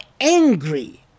angry